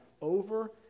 over